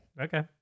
okay